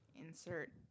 Insert